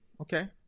Okay